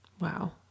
Wow